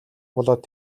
болоод